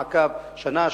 מעקב שנה,